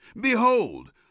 Behold